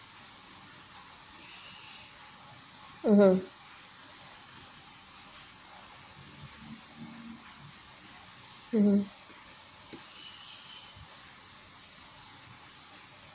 (uh huh) (uh huh)